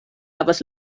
havas